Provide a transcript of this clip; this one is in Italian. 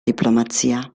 diplomazia